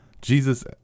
Jesus